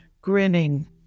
grinning